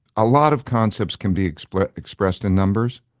a lot of concepts can be expressed expressed in numbers,